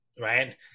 right